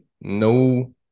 no